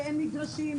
שאין מגרשים,